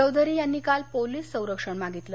चौधरी यांनी काल पोलीस संरक्षण मागितलं